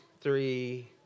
three